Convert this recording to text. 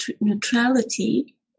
neutrality